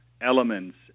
elements